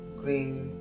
green